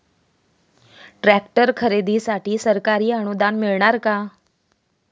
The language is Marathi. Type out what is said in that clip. ट्रॅक्टर खरेदीसाठी सरकारी अनुदान मिळणार का?